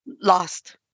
lost